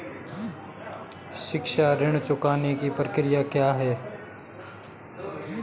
शिक्षा ऋण चुकाने की प्रक्रिया क्या है?